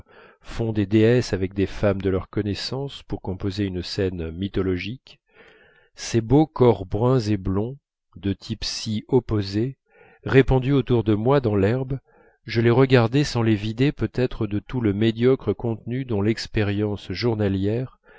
font des déesses avec des femmes de leur connaissance pour composer une scène mythologique ces beaux corps bruns et blonds de types si opposés répandus autour de moi dans l'herbe je les regardais sans les vider peut-être de tout le médiocre contenu dont l'existence journalière